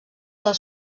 del